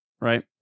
right